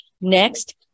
Next